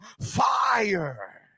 fire